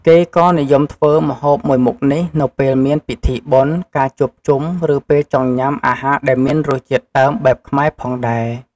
គេក៏និយមធ្វើម្ហូបមួយមុខនេះនៅពេលមានពិធីបុណ្យ ការជួបជុំ ឬពេលចង់ញ៉ាំអាហារដែលមានរសជាតិដើមបែបខ្មែរផងដែរ។